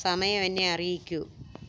സമയം എന്നെ അറിയിക്കൂ